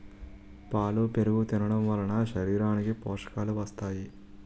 పాలు పెరుగు తినడంవలన శరీరానికి పోషకాలు వస్తాయి